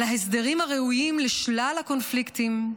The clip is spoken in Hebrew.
על ההסדרים הראויים לשלל הקונפליקטים,